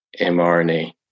mRNA